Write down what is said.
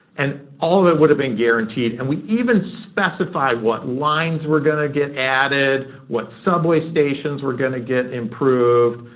and all of it would have been guaranteed. and we even specified what lines were going to get added, what subway stations were going to get improved,